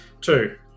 Two